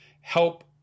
help